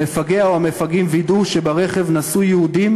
המפגע או המפגעים וידאו שברכב נסעו יהודים,